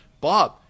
Bob